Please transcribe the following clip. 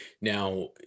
Now